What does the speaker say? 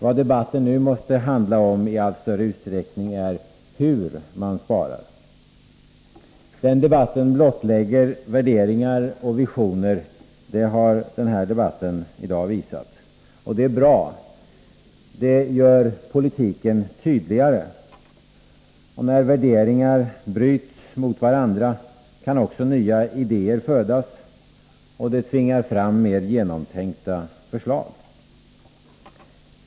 Vad debatten nu måste handla om i allt större utsträckning är hur man sparar. Den debatten blottlägger värderingar och visioner — det har diskussionen i dag visat — och det är bra. Det gör politiken tydligare. När värderingar bryts mot varandra kan också nya idéer födas, och det tvingar fram mer genomtänkta förslag.